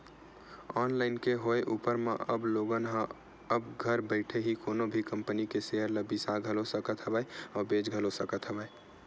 online के होय ऊपर म अब लोगन ह अब घर बइठे ही कोनो भी कंपनी के सेयर ल बिसा घलो सकत हवय अउ बेंच घलो सकत हे